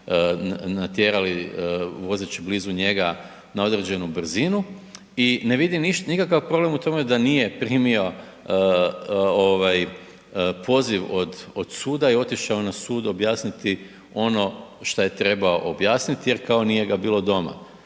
natjerali vozeći blizu njega na određenu brzinu i ne vidi nikakav problem u tome da nije primio poziv od suda i otišao na sud objasniti ono šta je trebao objasniti jer kao nije ga bilo doma,